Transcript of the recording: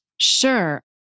Sure